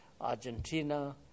Argentina